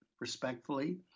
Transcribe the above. respectfully